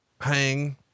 hang